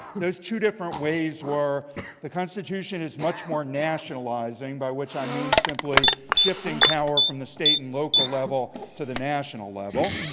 those two different ways were the constitution is much more nationalizing, by which i mean simply shifting power from the state and local level to the national level.